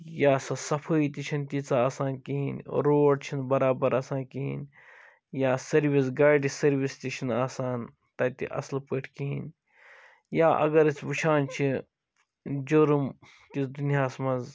یا سۄ صفٲیی تہِ چھَ نہٕ تیٖژاہ آسان کِہیٖنٛۍ روڈ چھِ نہٕ برابر آسان کِہیٖنٛۍ یا سٔروِس گاڑِ سٔروِس تہِ چھِ نہٕ آسان تتہِ اَصٕل پٲٹھۍ کِہیٖنٛۍ یا اگر أسۍ وُچھان چھِ جُرُم کِس دُنیاہَس مَنٛز